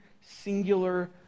singular